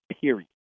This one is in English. period